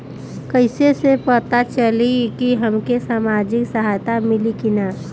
कइसे से पता चली की हमके सामाजिक सहायता मिली की ना?